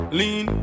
lean